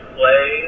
play